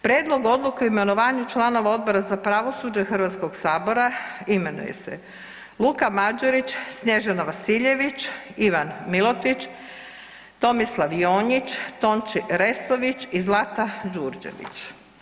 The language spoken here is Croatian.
Prijedlog odluke o imenovanju članova Odbora za pravosuđe Hrvatskog sabora imenuje se Luka Mađerić, Snježana Vasiljević, Ivan Milotić, Tomislav Jonjić, Tonči Restović i Zlata Đurđević.